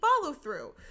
follow-through